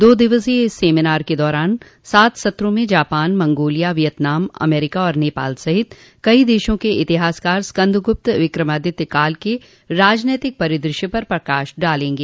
दो दिवसीय इस सेमिनार के दौरान सात सत्रों में जापान मंगोलिया वियतनाम अमेरिका और नेपाल सहित कई देशों के इतिहासकार स्कन्द गुप्त विक्रमादित्य काल के राजनैतिक परिदृश्य पर प्रकाश डालेंगे